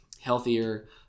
healthier